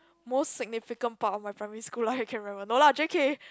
most significant part of my primary school life I can remember no lah J_K